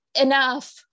enough